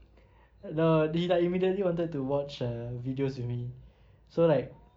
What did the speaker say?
immediately wanted to watch uh videos with me so like